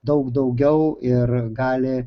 daug daugiau ir gali